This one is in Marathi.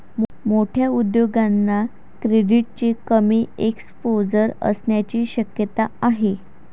मोठ्या उद्योगांना क्रेडिटचे कमी एक्सपोजर असण्याची शक्यता आहे